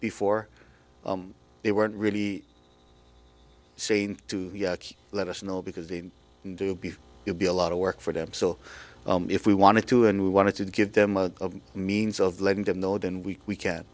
before they weren't really saying to let us know because they'd be you'd be a lot of work for them so if we wanted to and we wanted to give them a means of letting them know then week we can